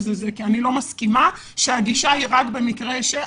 כי אני לא מסכימה שהגישה היא רק במקרה שמבקשם,